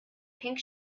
pink